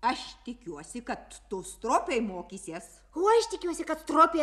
aš tikiuosi kad tu stropiai mokysiesi